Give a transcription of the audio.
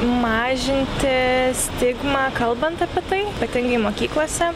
mažinti stigmą kalbant apie tai ypatingai mokyklose